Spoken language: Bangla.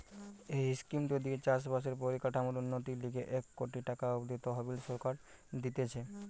এই স্কিমটো দিয়ে চাষ বাসের পরিকাঠামোর উন্নতির লিগে এক কোটি টাকা অব্দি তহবিল সরকার দিতেছে